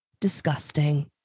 disgusting